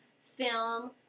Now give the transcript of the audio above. film